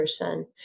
person